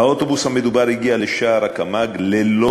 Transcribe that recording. האוטובוס המדובר הגיע לשער הקמ"ג ללא